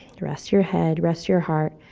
rest your head, rest your heart.